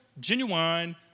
genuine